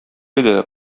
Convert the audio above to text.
иде